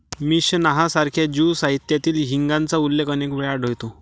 Mishnah सारख्या Jew साहित्यातही हिंगाचा उल्लेख अनेक वेळा आढळतो